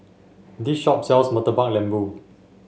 this shop sells Murtabak Lembu